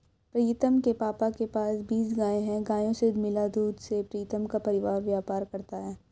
प्रीतम के पापा के पास बीस गाय हैं गायों से मिला दूध से प्रीतम का परिवार व्यापार करता है